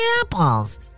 apples